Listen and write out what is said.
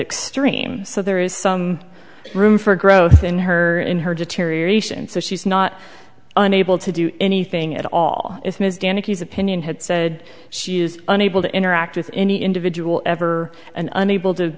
extreme so there is some room for growth in her in her deterioration so she's not unable to do anything at all if ms danica is opinion had said she is unable to interact with any individual ever and unable to